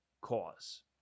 cause